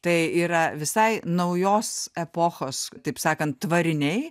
tai yra visai naujos epochos taip sakant tvariniai